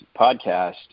podcast